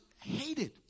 hated